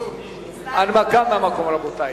הנמקה מהמקום, רבותי.